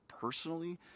personally